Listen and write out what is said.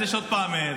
אז יש עוד פעם זה.